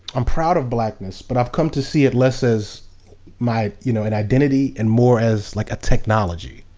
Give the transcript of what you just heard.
i'm proud of blackness but i've come to see it less as my, you know, an identity, and more as, like, a technology.